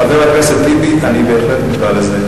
חבר הכנסת טיבי, אני בהחלט מודע לזה.